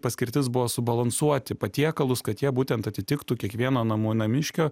paskirtis buvo subalansuoti patiekalus kad jie būtent atitiktų kiekvieno namų namiškio